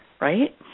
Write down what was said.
right